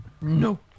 No